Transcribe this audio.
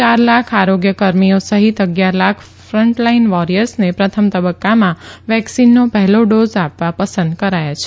યાર લાખ આરોગ્ય કર્મીઓ સહિત અગીયાર લાખ ફ્રન્ટલાઇન વોરીયર્સને પ્રથમ તબકકામાં વેકસીનનો પહેલો ડોઝ આપવા પસંદ કરાયા છે